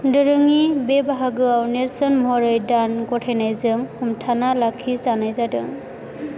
दोरोङि बे बाहागोआव नेरसोन महरै दान गथायनायजों हमथाना लाखि जानाय जादों